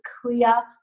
clear